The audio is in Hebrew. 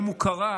אם הוא קרא,